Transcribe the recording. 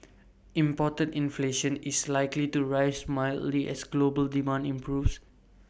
imported inflation is likely to rise mildly as global demand improves